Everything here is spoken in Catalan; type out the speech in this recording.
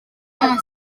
amb